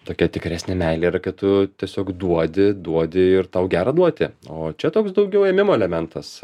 tokia tikresnė meilė yra kai tu tiesiog duodi duodi ir tau gera duoti o čia toks daugiau ėmimo elementas